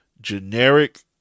generic